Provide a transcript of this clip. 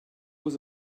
was